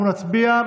אנחנו נצביע.